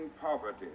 poverty